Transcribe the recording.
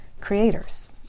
creators